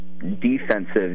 defensive